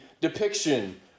depiction